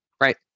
right